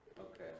Okay